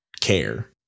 care